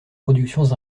productions